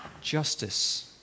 justice